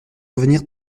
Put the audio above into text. revenir